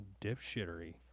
dipshittery